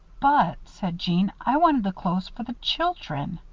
but, said jeanne, i wanted the clothes for the children.